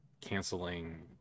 canceling